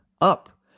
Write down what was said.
up